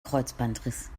kreuzbandriss